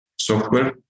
Software